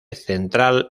central